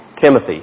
Timothy